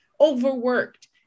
overworked